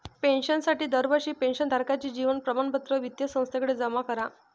पेन्शनसाठी दरवर्षी पेन्शन धारकाचे जीवन प्रमाणपत्र वित्तीय संस्थेकडे जमा करा